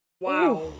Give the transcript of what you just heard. Wow